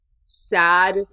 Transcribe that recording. sad